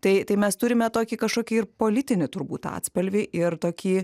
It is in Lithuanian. tai tai mes turime tokį kažkokį ir politinį turbūt atspalvį ir tokį